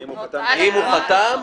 אם הוא חתם.